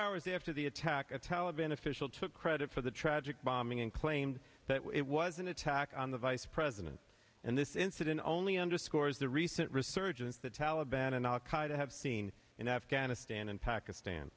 hours after the attack a taliban official took credit for the tragic bombing and claimed that it was an attack on the vice president and this incident only underscores the recent resurgence that taliban and al qaida have seen in afghanistan and pakistan